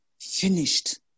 Finished